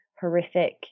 horrific